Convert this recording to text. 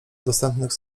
dostępnych